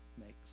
makes